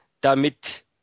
damit